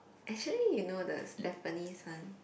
actually you know the Stephanie-Sun